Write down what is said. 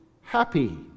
happy